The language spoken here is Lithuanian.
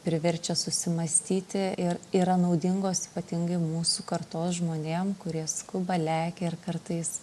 priverčia susimąstyti ir yra naudingos ypatingai mūsų kartos žmonėm kurie skuba lekia ir kartais